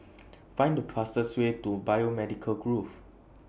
Find The fastest Way to Biomedical Grove